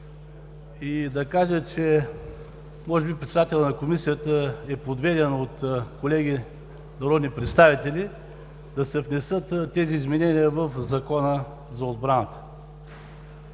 и да кажа, че може би председателят на Комисията е подведен от колеги народни представители да се внесат тези изменения в Закона за отбраната.